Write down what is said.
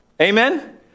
Amen